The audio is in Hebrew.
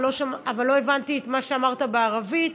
אבל לא הבנתי את מה שאמרת בערבית.